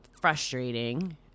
frustrating